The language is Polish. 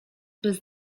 bez